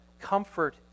comfort